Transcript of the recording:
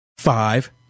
Five